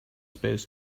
space